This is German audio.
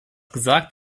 gesagt